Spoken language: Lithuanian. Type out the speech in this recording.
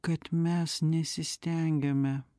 kad mes nesistengiame